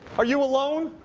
are you alone?